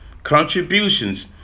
Contributions